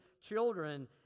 children